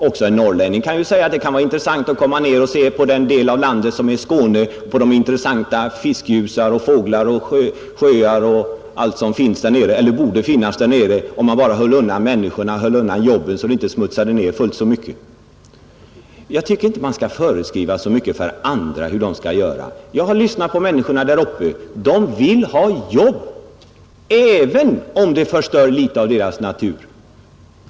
Också en norrlänning kan säga att det kan vara intressant att komma ner och se den del av landet som utgörs av Skåne och studera intressanta sjöar med fiskgjusar och andra fåglar och allt som borde finnas där nere, om man bara höll undan jobben och människorna så att de inte smutsade ner fullt så mycket. Jag tycker inte att man skall föreskriva så mycket för andra hur de skall göra. Jag har lyssnat till människorna där uppe. De vill ha jobb, även om det förstör litet av deras natur.